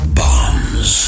bombs